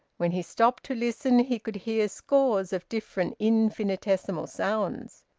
when he stopped to listen he could hear scores of different infinitesimal sounds.